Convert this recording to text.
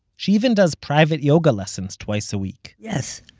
she even does private yoga lessons twice a week yes!